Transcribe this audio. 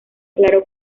claro